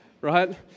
right